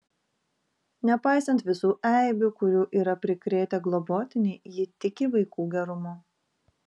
nepaisant visų eibių kurių yra prikrėtę globotiniai ji tiki vaikų gerumu